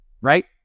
right